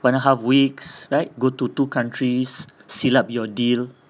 one and a half weeks right go to two countries seal up your deal